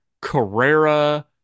Carrera